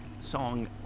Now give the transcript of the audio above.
song